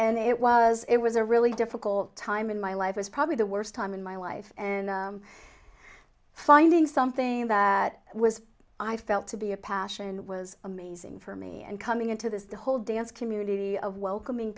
and it was it was a really difficult time in my life was probably the worst time in my life and finding something that was i felt to be a passion was amazing for me and coming into this whole dance community of welcoming